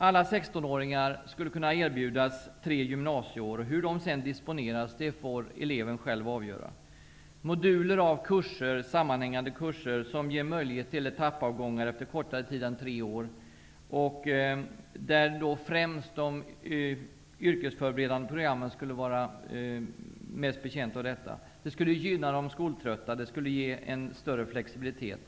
Alla 16-åringar skall kunna erbjudas tre gymnasieår. Hur de sedan disponeras får eleven själv avgöra. De yrkesförberedande programmen skulle vara betjänta av moduler av sammanhängande kurser som ger möjlighet till etappavgångar efter kortare tid än tre år. De skulle gynna de skoltrötta och ge en större flexibilitet.